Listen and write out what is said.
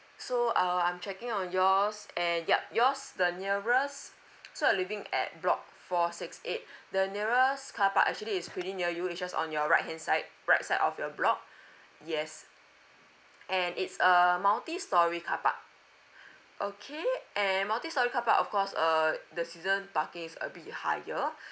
so uh I'm checking on yours and yup yours the nearest so you're living at block four six eight the nearest car park actually it's pretty near you it's just on your right hand side right side of your block yes and it's a multi storey car park okay and multi storey car park of course err the season parking is a bit higher